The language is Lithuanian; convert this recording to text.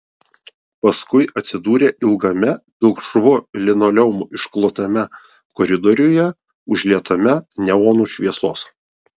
paskui atsidūrė ilgame pilkšvu linoleumu išklotame koridoriuje užlietame neonų šviesos